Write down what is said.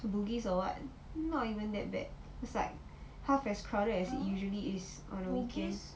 bugis or what not even that bad cause like half as crowded as it usually is on weekend